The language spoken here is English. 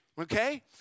Okay